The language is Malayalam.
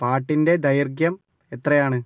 പാട്ടിൻ്റെ ദൈർഘ്യം എത്രയാണ്